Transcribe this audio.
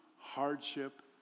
hardship